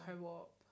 co-op